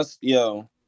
yo